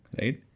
right